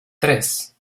tres